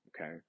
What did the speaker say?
okay